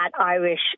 Irish